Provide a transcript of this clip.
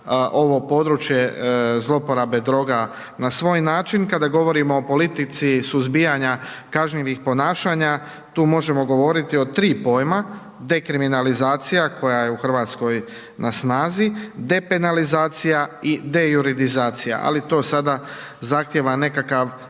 ovo područje zlouporabe droga na svoj način. Kada govorimo o politici suzbijanja kažnjivih ponašanja tu možemo govoriti o tri pojma, dekriminalizacija koja je u Hrvatskoj na snazi, depenalizacija i dejuridizacija, ali to sada zahtijeva nekakav